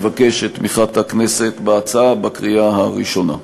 מבקש את תמיכת הכנסת בהצעה בקריאה הראשונה.